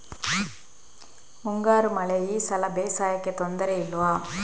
ಮುಂಗಾರು ಮಳೆ ಈ ಸಲ ಬೇಸಾಯಕ್ಕೆ ತೊಂದರೆ ಇಲ್ವ?